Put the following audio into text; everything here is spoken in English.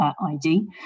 ID